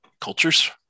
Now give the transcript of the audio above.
cultures